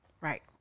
right